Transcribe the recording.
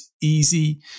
easy